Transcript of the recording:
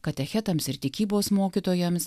katechetams ir tikybos mokytojams